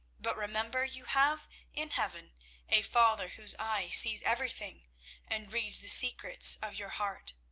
but remember you have in heaven a father whose eye sees everything and reads the secrets of your heart.